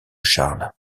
charles